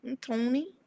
Tony